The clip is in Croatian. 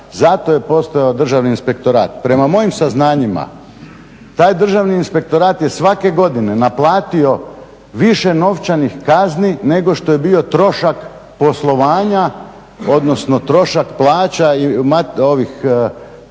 zato je postojao državni inspektorat. Prema mojim saznanjima taj Državni inspektorat je svake godine naplatio više novčanih kazni nego što je bio trošak poslovanja odnosno trošak plaća i pogona,